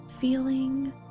feeling